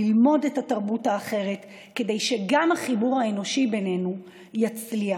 ללמוד את התרבות האחרת כדי שגם החיבור האנושי בינינו יצליח.